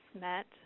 MET